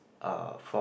uh from